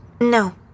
No